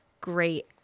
great